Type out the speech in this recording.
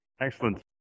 Excellent